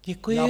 Děkuji.